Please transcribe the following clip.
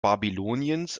babyloniens